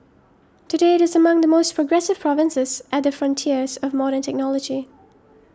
today it is among the most progressive provinces at the frontiers of modern technology